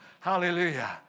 Hallelujah